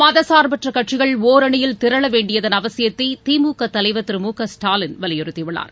மதசா்பற்றகட்சிகள் ஒரணியில் திரளவேண்டியதன் அவசியத்தைதிமுகதலைவர் திரு மு க ஸ்டாலின் வலியுறுத்தியுள்ளார்